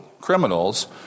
criminals